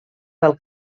del